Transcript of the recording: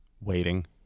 waiting